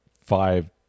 five